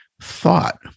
Thought